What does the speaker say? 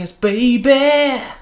Baby